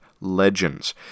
legends